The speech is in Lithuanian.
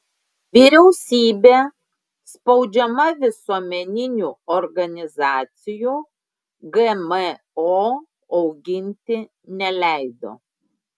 vyriausybė spaudžiama visuomeninių organizacijų gmo auginti neleido